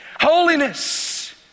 Holiness